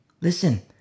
Listen